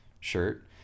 shirt